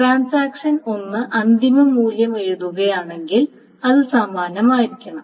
transaction 1 അന്തിമ മൂല്യം എഴുതുകയാണെങ്കിൽ അത് സമാനമായിരിക്കണം